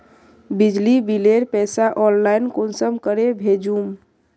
बिजली बिलेर पैसा ऑनलाइन कुंसम करे भेजुम?